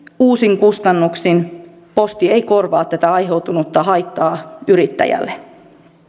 uusin kustannuksin posti ei korvaa tätä aiheutunutta haittaa yrittäjälle